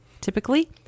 typically